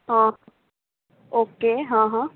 હં ઓકે હંહં